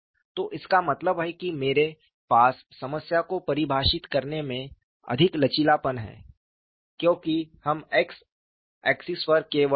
तो इसका मतलब है कि मेरे पास समस्या को परिभाषित करने में अधिक लचीलापन है क्योंकि हम x अक्ष पर केवल xy0 चाहते थे